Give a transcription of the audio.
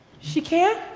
she can't?